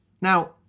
Now